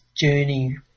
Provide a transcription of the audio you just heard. journey